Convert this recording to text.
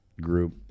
group